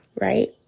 right